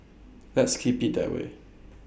let's keep IT that way